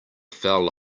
fell